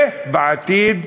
ובעתיד,